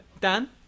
Dan